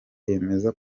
yemeza